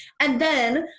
and then,